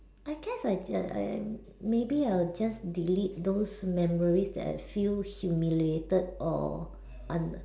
I guess I just I I maybe I will just delete those memories that I feel humiliated or un~